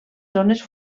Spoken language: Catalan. zones